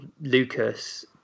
lucas